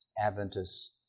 Adventist